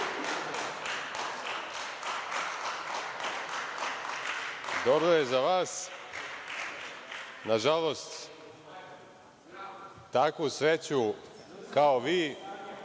Dobro je za vas. Nažalost, takvu sreću kao vi